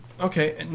okay